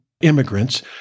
immigrants